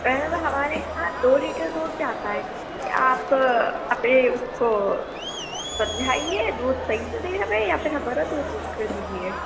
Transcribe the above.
پہلے تو ہمارے یہاں دو لیٹر دودھ جاتا ہے آپ اپنے اس کو سمجھائیے دودھ صحیح سے دے گا نہیں یا پھر ہمارا دودھ بند کر دیجیے